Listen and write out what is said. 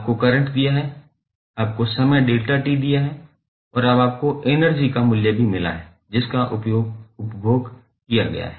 आपको करंट दिया है आपको समय Δ𝑡 दिया है और अब आपको एनर्जी का मूल्य भी मिला है जिसका उपभोग किया गया है